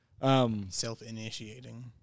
Self-initiating